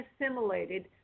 assimilated